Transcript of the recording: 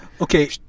Okay